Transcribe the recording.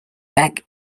back